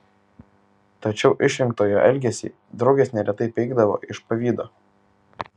tačiau išrinktojo elgesį draugės neretai peikdavo iš pavydo